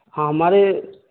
ہاں ہمارے